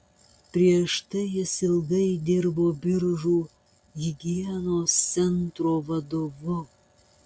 prieš tai jis ilgai dirbo biržų higienos centro vadovu